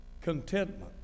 contentment